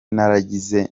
narigeze